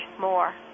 more